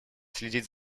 следить